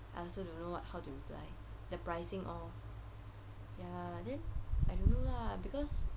I also don't know [what] how to reply the pricing all ya then I don't know lah because